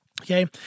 Okay